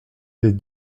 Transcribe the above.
des